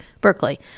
Berkeley